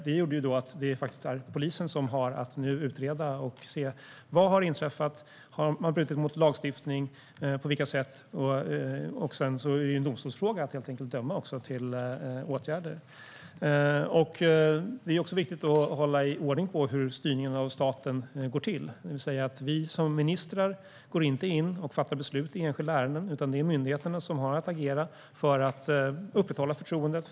Det gjorde att det är polisen som nu har att utreda och se vad som har inträffat. Har man brutit mot lagstiftning, och på vilket sätt? Sedan är det en domstolsfråga att döma till åtgärder. Det är också viktigt att hålla ordning på hur styrningen av staten går till. Vi som ministrar går inte in och fattar beslut i enskilda ärenden, utan det är myndigheterna som har att agera för att upprätthålla förtroendet.